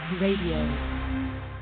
Radio